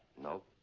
no.